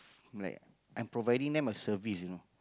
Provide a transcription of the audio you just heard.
like I'm providing them a service you know